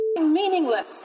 meaningless